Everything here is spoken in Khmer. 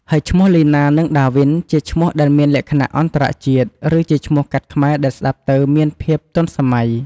ហើយឈ្មោះលីណានិងដាវីន ជាឈ្មោះដែលមានលក្ខណៈអន្តរជាតិ ឬជាឈ្មោះកាត់ខ្មែរដែលស្តាប់ទៅមានភាពទាន់សម័យ។